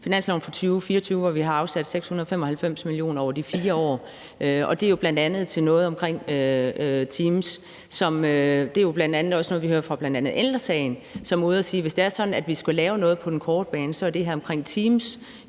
finansloven for 2024, hvor vi har afsat 695 mio. kr. over de 4 år – bl.a. er til noget omkring teams. Det er jo også noget, vi hører fra bl.a. Ældre Sagen, som er ude og sige, at hvis det er sådan, at vi skal lave noget på den korte bane, er det her omkring teams